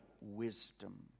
wisdom